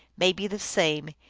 may be the same,